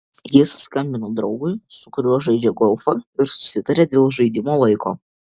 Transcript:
jis skambino draugui su kuriuo žaidžia golfą ir susitarė dėl žaidimo laiko